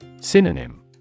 Synonym